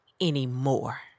anymore